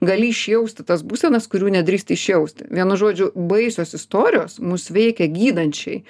gali išjausti tas būsenas kurių nedrįsti išjausti vienu žodžiu baisios istorijos mus veikia gydančiai